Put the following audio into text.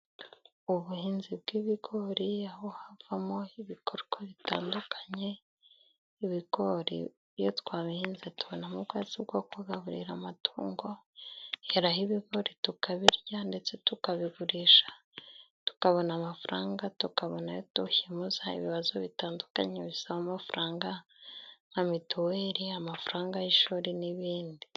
Ubuhinzi bw'ibigori aho havamo ibikorwa bitandukanye. Ibigori iyo twabihinze tubonamo ubwatsi bwo kugaburira amatungo. Duheraho ibigori tukabirya, ndetse tukabigurisha tukabona amafaranga. Tukabona ayo dukemuza ibibazo bitandukanye bisaba amafaranga, nka mituweli, amafaranga y'ishuri n'ibindi.